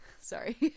Sorry